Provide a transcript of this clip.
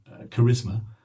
charisma